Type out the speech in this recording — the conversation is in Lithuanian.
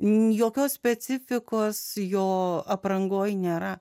jokios specifikos jo aprangoje nėra